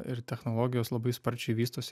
ir technologijos labai sparčiai vystosi